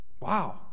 Wow